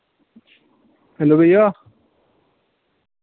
hello भैया